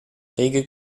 rege